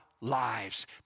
lives